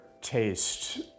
taste